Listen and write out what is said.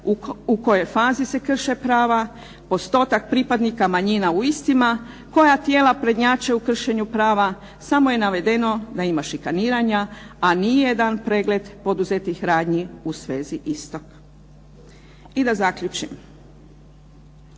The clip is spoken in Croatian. u kojoj fazi se krše prava, postotak pripadnika manjina u istima, koja tijela prednjače u kršenju prava, samo je navedeno da ima šikaniranja a nije dan pregled poduzetih radnji u svezi istog. I da zaključim